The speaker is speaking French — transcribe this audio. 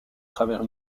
travers